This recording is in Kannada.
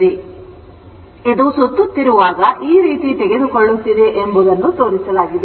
ಆದ್ದರಿಂದ ಇದು ಸುತ್ತುತ್ತಿರುವಾಗ ಈ ರೀತಿ ತೆಗೆದುಕೊಳ್ಳುತ್ತಿದೆ ಎಂಬುದನ್ನು ತೋರಿಸಲಾಗಿದೆ